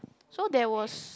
so there was